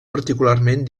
particularment